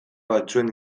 batzuen